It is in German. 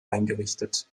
eingerichtet